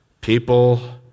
People